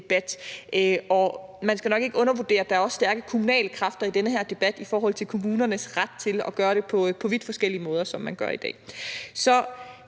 affaldsdebat. Man skal nok ikke undervurdere, at der også er stærke kommunale kræfter i den her debat i forhold til kommunernes ret til at gøre det på vidt forskellige måder, som man gør det i